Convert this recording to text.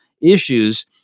issues